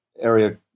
area